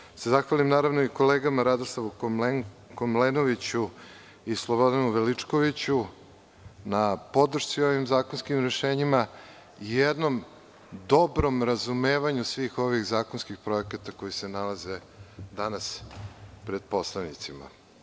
Želim da se zahvalim kolegama Radoslavu Komlenoviću i Slobodanu Veličkoviću na podršci ovim zakonskim rešenjima i jednom dobrom razumevanju svih ovih zakonskih projekata koji se nalaze danas pred poslanicima.